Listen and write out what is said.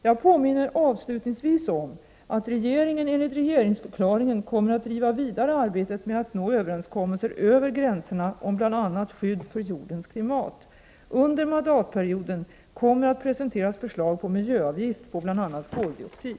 Jag påminner avslutningsvis om att regeringen enligt regeringsförklaringen kommer att driva vidare arbetet med att nå överenskommelser över gränserna om bl.a. skydd för jordens klimat. Under mandatperioden kommer att presenteras förslag till miljöavgift på bl.a. koldioxid.